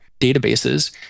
databases